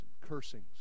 cursings